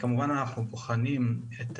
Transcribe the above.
אנחנו כמובן בוחנים את